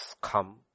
come